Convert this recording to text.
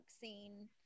scene